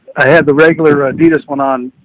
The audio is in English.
i had the regular ah adidas one on,